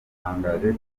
yatangaje